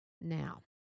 Now